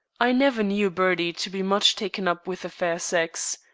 i never knew bertie to be much taken up with the fair sex.